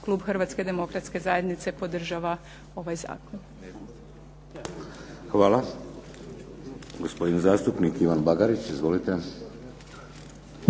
klub Hrvatske demokratske zajednice podržava ovaj zakon. **Šeks, Vladimir (HDZ)** Hvala. Gospodin zastupnik Ivan Bagarić. Izvolite.